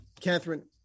Catherine